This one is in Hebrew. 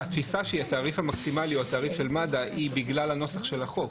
התפיסה שהתעריף המקסימלי הוא התעריף של מד"א היא בגלל הנוסח של החוק.